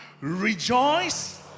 Rejoice